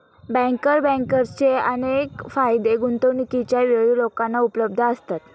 banker बँकर्सचे अनेक फायदे गुंतवणूकीच्या वेळी लोकांना उपलब्ध असतात